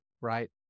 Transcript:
right